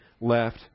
left